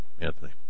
Anthony